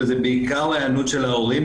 וזו בעיקר ההיענות של ההורים,